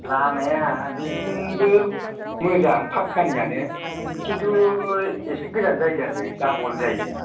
लामाया बेथिंबो मोजां फाक्कानियानो खिन्थु एसे गोजान जायो आरो डाबल जायो